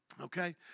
Okay